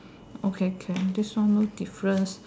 okay can this one no difference